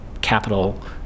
capital